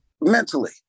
mentally